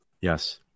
yes